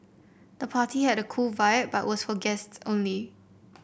the party had a cool vibe but was for guests only